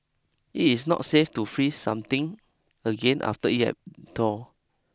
it is not safe to freeze something again after it had thawed